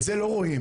את זה לא רואים.